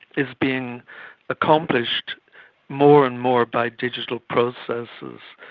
is being accomplished more and more by digital processes.